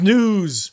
News